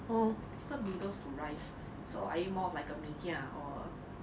I prefer noodles to rice so I eat more of like err mee kia or